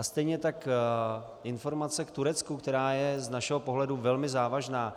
Stejně tak informace k Turecku, která je z našeho pohledu velmi závažná.